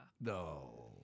No